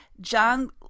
John